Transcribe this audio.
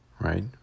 right